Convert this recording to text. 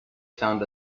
found